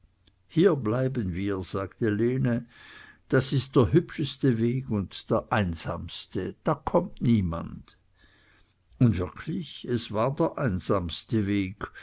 hier bleiben wir sagte lene das ist der hübscheste weg und der einsamste da kommt niemand und wirklich es war der einsamste weg